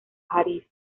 parís